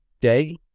day